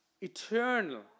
Eternal